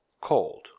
cold